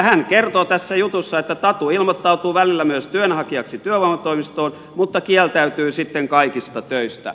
hän kertoo tässä jutussa että tatu ilmoittautuu välillä myös työnhakijaksi työvoimatoimistoon mutta kieltäytyy sitten kaikista töistä